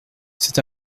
c’est